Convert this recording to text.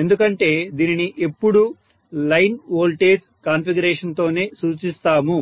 ఎందుకంటే దీనిని ఎప్పుడూ లైన్ వోల్టేజ్ కాన్ఫిగరేషన్ తోనే సూచిస్తాము